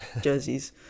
jerseys